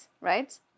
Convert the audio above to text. right